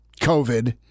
COVID